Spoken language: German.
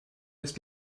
ist